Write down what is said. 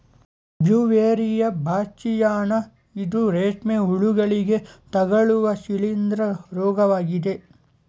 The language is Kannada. ಬ್ಯೂವೇರಿಯಾ ಬಾಸ್ಸಿಯಾನ ಇದು ರೇಷ್ಮೆ ಹುಳುಗಳಿಗೆ ತಗಲುವ ಶಿಲೀಂದ್ರ ರೋಗವಾಗಿದೆ